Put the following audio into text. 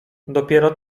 dopiero